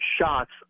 shots